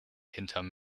hinterm